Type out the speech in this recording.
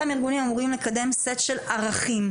אותם ארגונים אמורים לקדם סט של ערכים.